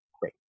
Great